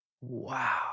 wow